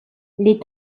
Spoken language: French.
les